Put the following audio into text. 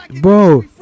Bro